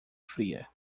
fria